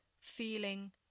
feeling